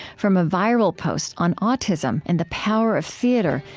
from a viral post on autism and the power of theater,